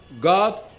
God